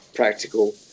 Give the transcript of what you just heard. practical